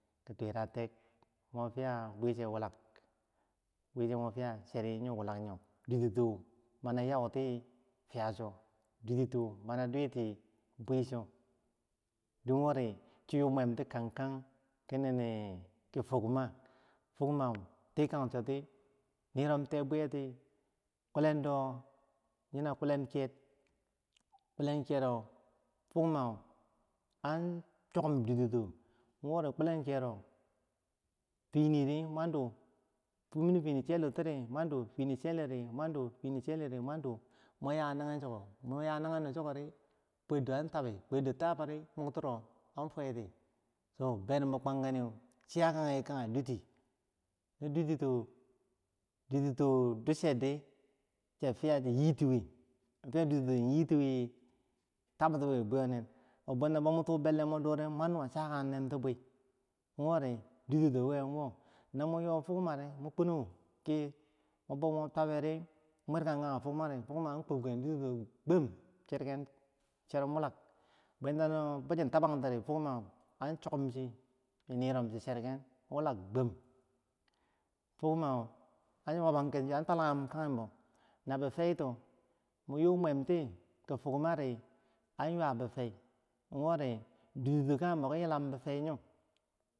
ki twerak tei mufiyah bwerche wulak, bweche ma fiya cheri yoh wulak yoh jutiyoh mana yauti wi, fiyah cho jutiyo mana doti bwercho, don wori chi yuu mwem ti kagkag ki fukma, fugma tikan cho ti nirim tai bweyoti, kulando yona kulen kiyer, kulen chero fugma an chokom jutiyo wo rikulen cherou, fini rimwer do tiee wi chelu tiri mwan do, fini cheltiri mwan do fini cheltiri mwan do fini cheltiri mwan do mwan yah nagen chiko mun yah nagendo chiko ri kwado an tanbi kwaddo tatiri, muk tiro an fwerti, to tai bikwantinim chiyah bokage juti na jutito jutito ducheri chiyah fiyah chiyah yi tiwe, chiyah fiyah chiyah yi tiwe, tab ti buyonen bwen no bomu tu beleh mun do ri, mwannuwa chakakng nen ti bwi wori jutito wiyeh woh, no mun yoh fugma ri mun kunou ki mun boh mun twabiri, mun mwerkang kagr fugma ri fugma an kwabken gawm cherken, cherum wulak, bwentano kwichi tabang tiri fugma an chikomchi chi nirum chi cherken wulak gwam, fug ma an ywabangeh an twalagum tagnimbo, nabi faitoh mun yu mwam ti ki fukma, an ywah bifei juti kagembo ki swam bifei yo.